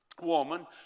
woman